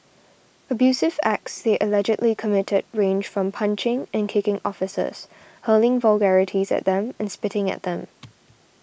abusive acts they allegedly committed range from punching and kicking officers hurling vulgarities at them and spitting at them